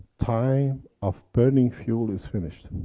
time of burning fuel is finished.